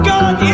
God